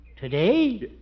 Today